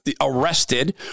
arrested